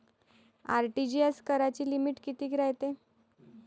RTGS कराची limit कितीक रायते?